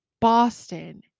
boston